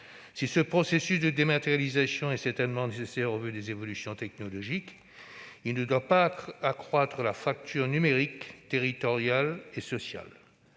Si ce processus de dématérialisation est certainement nécessaire au vu des évolutions technologiques, il ne doit pas accroître la fracture numérique, territoriale et sociale.